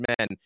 men